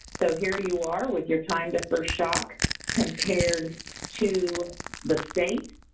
so, here you are with your time to first shock compared to the state.